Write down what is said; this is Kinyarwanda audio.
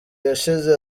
yashize